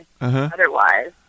otherwise